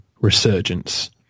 resurgence